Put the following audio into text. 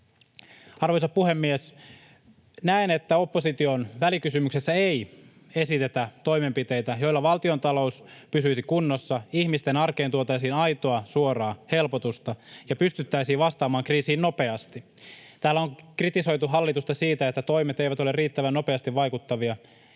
Arvoisa puhemies! Näen, että opposition välikysymyksessä ei esitetä toimenpiteitä, joilla valtiontalous pysyisi kunnossa, ihmisten arkeen tuotaisiin aitoa, suoraa helpotusta ja pystyttäisiin vastaamaan kriisiin nopeasti. Täällä on kritisoitu hallitusta siitä, että toimet eivät ole riittävän nopeasti vaikuttavia.